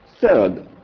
Third